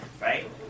Right